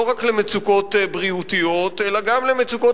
לא רק למצוקות בריאותיות אלא גם למצוקות